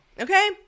Okay